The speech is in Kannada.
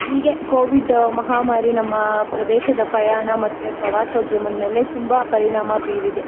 ಹೀಗೆ ಕೋವಿಡ್ಡ ಮಹಾಮಾರಿ ನಮ್ಮ ಪ್ರದೇಶದ ಪ್ರಯಾಣ ಮತ್ತು ಪ್ರವಾಸೋದ್ಯಮದ ಮೇಲೆ ತುಂಬ ಪರಿಣಾಮ ಬೀರಿದೆ